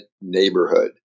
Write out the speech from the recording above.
neighborhood